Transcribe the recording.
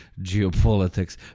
geopolitics